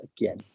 again